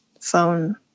phone